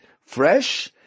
fresh